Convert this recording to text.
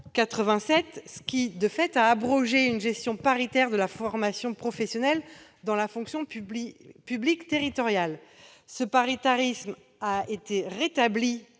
De fait, ce texte a abrogé la gestion paritaire de la formation professionnelle dans la fonction publique territoriale. Ce paritarisme a été rétabli